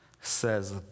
says